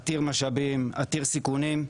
עתיר משאבים עתיר סיכונים,